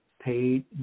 paid